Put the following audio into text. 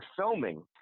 filming